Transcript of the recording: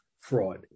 fraud